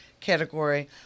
category